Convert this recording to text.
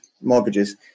mortgages